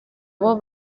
abo